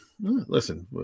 Listen